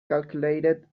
calculated